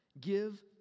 Give